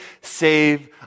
save